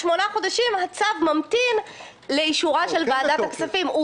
שמונה חודשים הצו ממתין לאישורה של ועדת הכספים.